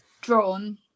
drawn